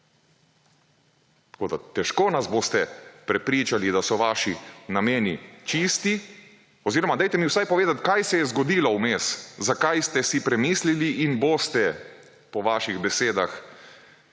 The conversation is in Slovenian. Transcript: Tako da, težko nas boste prepričali, da so vaši nameni čisto oziroma, dajte mi vsaj povedat, kaj se je zgodilo vmes, zakaj ste si premislili in boste, po vaših besedah,